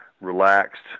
relaxed